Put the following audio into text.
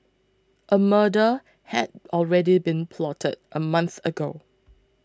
a murder had already been plotted a month ago